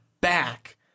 back